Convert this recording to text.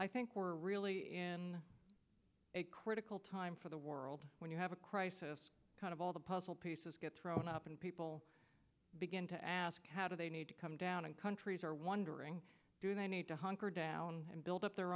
i think we're really in a critical time for the world when you have a crisis kind of all the puzzle pieces get thrown up and people begin to ask how do they need to come down and countries are wondering do they need to hunker down and build up their